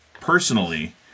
personally